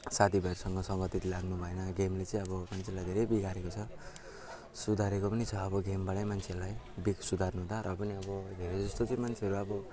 साथीभाइसँग सङ्गति लाग्नु भएन गेमले चाहिँ अब मान्छेलाई धेरै बिगारेको छ सुधारेको पनि छ अब गेमबाटै मान्छेलाई बिग सुधार्नु त र पनि अब धेरै जस्तो चाहिँ मान्छेहरू अब